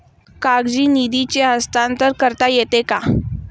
खाजगी निधीचे हस्तांतरण करता येते का?